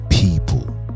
people